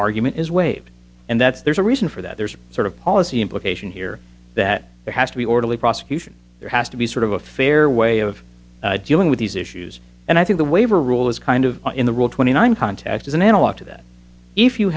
argument is waved and that's there's a reason for that there's sort of policy implication here that there has to be orderly prosecution there has to be sort of a fair way of dealing with these issues and i think the waiver rule is kind of in the rule twenty nine context as an analog to that if you